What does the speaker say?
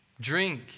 drink